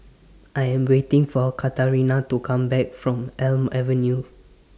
I Am waiting For Katarina to Come Back from Elm Avenue